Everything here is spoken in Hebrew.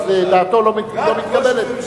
ואם הוא מעלה על דעתו אז דעתו לא מתקבלת,